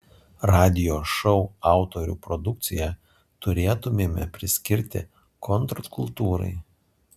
radijo šou autorių produkciją turėtumėme priskirti kontrkultūrai